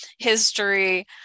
history